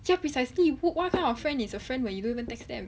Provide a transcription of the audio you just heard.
ya precisely what kind of friend is a friend when you don't even text them